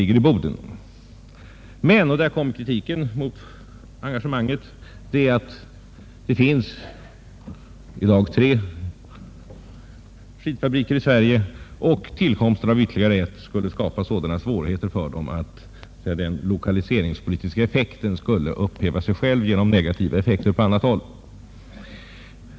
Men det finns i dag tre skidfabriker i Sverige, och enligt kritiken mot engagemanget skulle tillkomsten av ytterligare en skapa sådana svårigheter för dem att den lokaliseringspolitiska effekten skulle så att säga upphäva sig själv genom negativa effekter på annat håll.